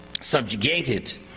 subjugated